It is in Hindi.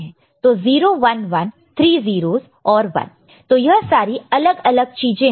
तो 0 1 1 3 0's और 1 तो यह सारी अलग अलग चीजें हैं